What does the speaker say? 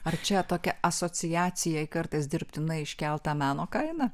ar čia tokia asociacija į kartais dirbtinai iškeltą meno kainą